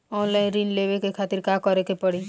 Online ऋण लेवे के खातिर का करे के पड़ी?